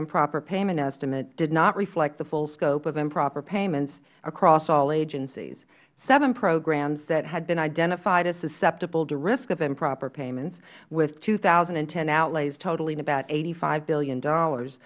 improper payment estimate does not reflect the full scope of improper payments across all agencies seven programs that had been identified as susceptible to the risk of improper payments with two thousand and ten outlays totaling about eighty five dollars billion d